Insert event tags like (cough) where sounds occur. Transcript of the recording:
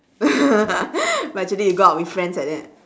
(laughs) but actually you go out with friends like that